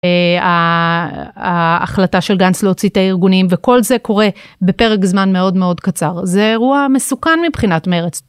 ההחלטה של גנץ להוציא את הארגונים וכל זה קורה בפרק זמן מאוד מאוד קצר זה אירוע מסוכן מבחינת מרץ.